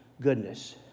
goodness